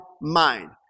mind